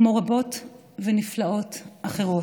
כמו רבות ונפלאות אחרות.